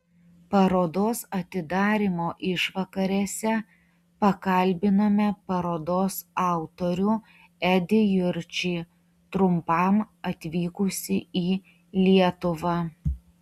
parodos atidarymo išvakarėse pakalbinome parodos autorių edį jurčį trumpam atvykusį į lietuvą